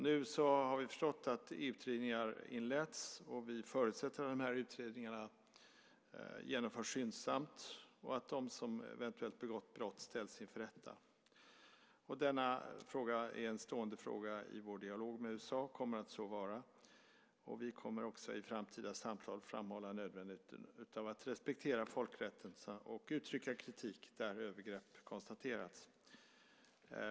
Nu har vi förstått att utredningar har inletts, och vi förutsätter att de genomförs skyndsamt och att de som eventuellt begått brott ställs inför rätta. Denna fråga är en stående fråga i vår dialog med USA, och den kommer att fortsätta vara det. Vi kommer också att i framtida samtal framhålla nödvändigheten av att respektera folkrätten och uttrycka kritik när övergrepp har konstaterats.